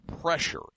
pressure